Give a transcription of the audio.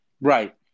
Right